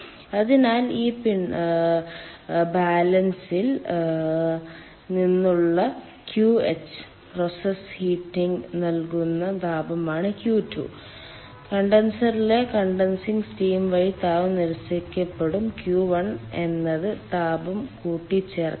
അതിനാൽ ഇത് പിണ്ഡത്തിന്റെ ബാലൻസിൽ നിന്നുള്ള ക്യുഎച്ച് പ്രോസസ്സ് ഹീറ്റിംഗിനായി നൽകുന്ന താപമാണ് Q2 കണ്ടൻസറിലെ കണ്ടൻസിങ് സ്റ്റീം വഴി താപം നിരസിക്കപ്പെടും Q1 എന്നത് താപം കൂട്ടിച്ചേർക്കലാണ്